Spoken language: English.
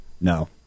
No